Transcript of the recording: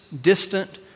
distant